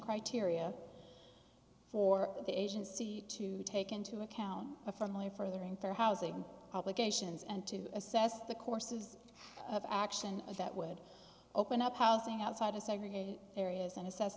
criteria for the agency to take into account a friendly furthering fair housing obligations and to assess the courses of action that would open up housing outside a segregated areas and assess